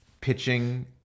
pitching